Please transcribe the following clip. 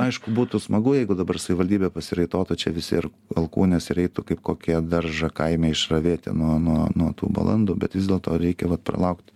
aišku būtų smagu jeigu dabar savivaldybė pasiraitotų čia visi ir alkūnes ir eitų kaip kokie daržą kaime išravėti nuo nuo nuo tų balandų bet vis dėlto reikia pralaukt